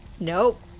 nope